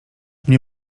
mnie